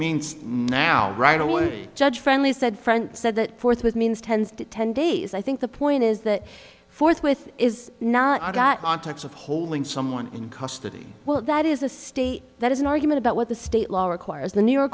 means now right away judge friendly said friend said that forthwith means tends to ten days i think the point is that forthwith is not i got on types of holding someone in custody well that is a state that is an argument about what the state law requires the new